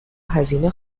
هزینه